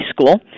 school